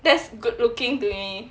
that's good looking to me